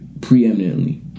Preeminently